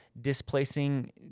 displacing